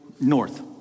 north